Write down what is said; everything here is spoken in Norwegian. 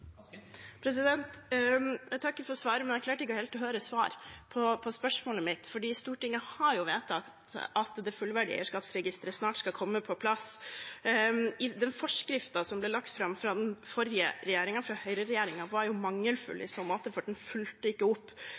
Jeg takker for svaret, men jeg klarte ikke helt å høre svar på spørsmålet mitt. Stortinget har vedtatt at det fullverdige eierskapsregisteret snart skal komme på plass. Den forskriften som ble lagt fram fra den forrige regjeringen, fra høyreregjeringen, var mangelfull i så måte, for den fulgte ikke opp